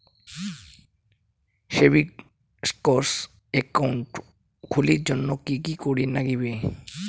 Savings account খুলির জন্যে কি কি করির নাগিবে?